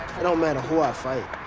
don't matter who i fight.